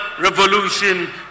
revolution